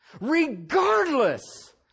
regardless